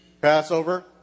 Passover